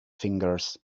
fingers